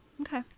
okay